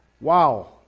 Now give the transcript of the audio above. wow